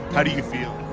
how do you feel?